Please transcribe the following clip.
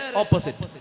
opposite